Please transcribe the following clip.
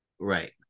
Right